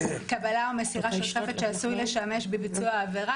קבלה או מסירה של חפץ שעשוי לשמש בביצוע עבירה,